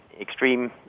extreme